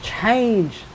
change